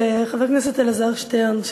לחבר הכנסת אלעזר שטרן,